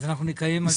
אנחנו נקיים על זה דיון.